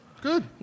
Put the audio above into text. Good